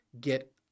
get